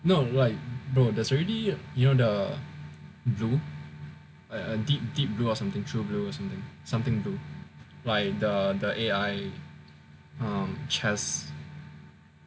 no like bro there's already you know the blue a a deep deep blue or something true blue or something something blue like the A_I um chess chess ya